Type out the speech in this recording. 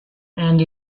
and